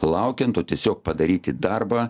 laukiant o tiesiog padaryti darbą